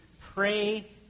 pray